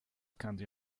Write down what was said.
candy